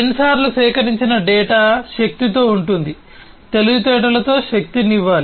సెన్సార్లు సేకరించిన డేటా శక్తితో ఉంటుంది తెలివితేటలతో శక్తినివ్వాలి